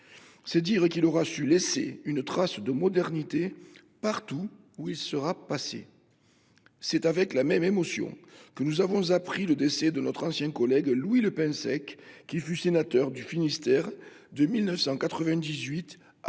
C’est dire qu’il aura su laisser une trace de modernité partout où il sera passé. C’est avec la même émotion que nous avons appris le décès de notre ancien collègue Louis Le Pensec, qui fut sénateur du Finistère de 1998 à 2008.